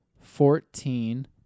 fourteen